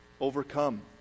overcome